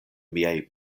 miaj